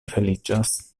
feliĉas